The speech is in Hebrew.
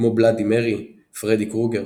כמו בלאדי מרי, פרדי קרוגר.